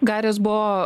gairės buvo